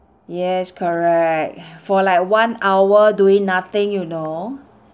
yes correct for like one hour doing nothing you know